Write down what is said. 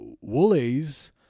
Woolies